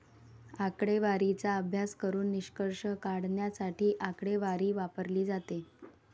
आकडेवारीचा अभ्यास करून निष्कर्ष काढण्यासाठी आकडेवारी वापरली जाते